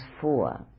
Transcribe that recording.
four